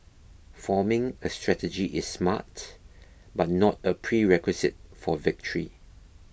forming a strategy is smart but not a prerequisite for victory